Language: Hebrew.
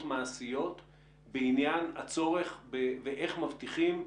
מעשיות בעניין הצורך לגבי איך מבטיחים,